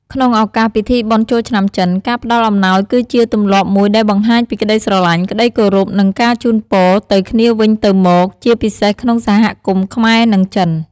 ក្នុងឱកាសពិធីបុណ្យចូលឆ្នាំចិន ការផ្ដល់អំណោយគឺជាទម្លាប់មួយដែលបង្ហាញពីក្ដីស្រឡាញ់ ក្ដីគោរព និងការជូនពរទៅគ្នាវិញទៅមក ជាពិសេសក្នុងសហគមន៍ខ្មែរ-ចិន។